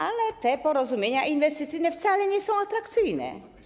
Ale te porozumienia inwestycyjne wcale nie są atrakcyjne.